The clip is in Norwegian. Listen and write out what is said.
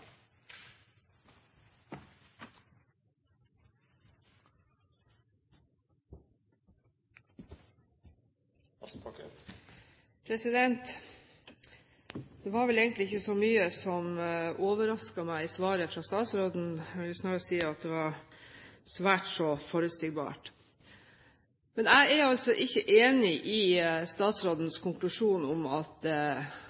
Det var vel egentlig ikke så mye som overrasket meg i svaret fra statsråden. Jeg vil snarere si at det var svært så forutsigbart. Men jeg er altså ikke enig i